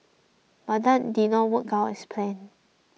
but that did not work out as planned